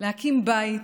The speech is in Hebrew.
להקים בית